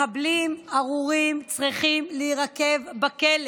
מחבלים ארורים צריכים להירקב בכלא